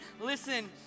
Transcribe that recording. Listen